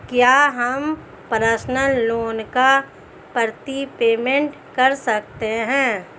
क्या हम personal loan का प्रीपेमेंट कर सकते हैं?